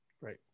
right